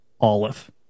olive